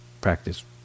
practice